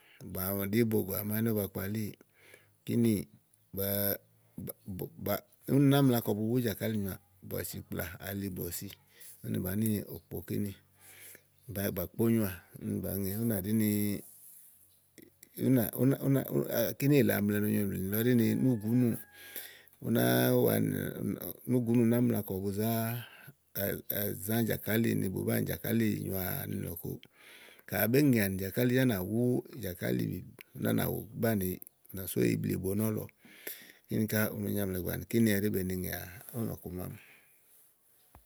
Màaɖí bògò àmánì ówó ba kpalíì. kínì bàa úni ná mla kɔ bu wú jàkálì nyoàà bɔ̀sìkplà alibɔ̀sì úni bàá ni òkpo kínì blɛ̀ɛ bà kpó nyoà úni bàá ŋe ú nà ɖi ni ú nà ú nà kíni èle amlɛ no nyo blù nìlɔ ɖi ni núùgúnú, ú náá wani núù gúnu ná mla kɔ bu zá a a zã jàkáli ni bùú banìi jàkálì nyoà ni lɔ̀ku. ka àbé ŋèà nì jàkálì yá á nà wú jàkálì úni à nàá banìi, à nà só iblíìbo nɔ̀lɔ kíni ká u no nyaàmlɛ gbàa àni. kíni ɛɖí be ni ŋèà ówò nɔ̀ku mámi.